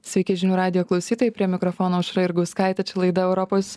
sveiki žinių radijo klausytojai prie mikrofono aušra jurgauskaitė čia laida europos